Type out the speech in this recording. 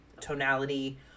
tonality